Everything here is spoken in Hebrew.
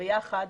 ביחד,